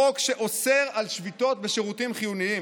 חוק שאוסר על שביתות בשירותים חיוניים"?